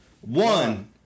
one